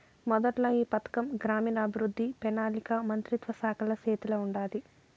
మొదట్ల ఈ పథకం గ్రామీణాభవృద్ధి, పెనాలికా మంత్రిత్వ శాఖల సేతిల ఉండాది